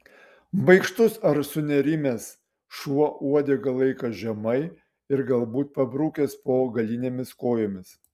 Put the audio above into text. baikštus ar sunerimęs šuo uodegą laiko žemai ir galbūt pabrukęs po galinėmis kojomis